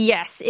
Yes